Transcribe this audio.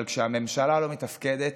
אבל כשהממשלה לא מתפקדת,